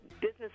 business